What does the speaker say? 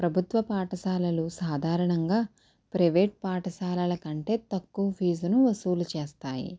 ప్రభుత్వ పాఠశాలలు సాధారణంగా ప్రైవేట్ పాఠశాలల కంటే తక్కువ ఫీజును వసూలు చేస్తాయి